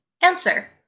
Answer